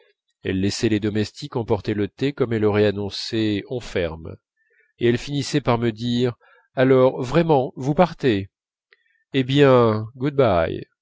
laissait les domestiques emporter le thé comme elle aurait annoncé on ferme et elle finissait par me dire alors vraiment vous partez hé bien good